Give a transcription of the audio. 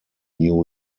new